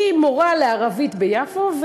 היא מורה לערבית ביפו.